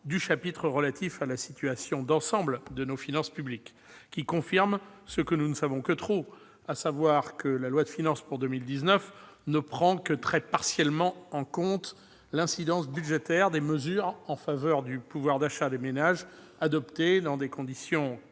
du chapitre relatif à la situation d'ensemble de nos finances publiques, qui confirme ce que nous ne savons que trop, à savoir que la loi de finances pour 2019 ne prend que très partiellement en compte l'incidence budgétaire des mesures en faveur du pouvoir d'achat des ménages adoptées, dans les conditions